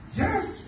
yes